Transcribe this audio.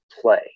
play